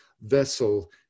vessel